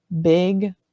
big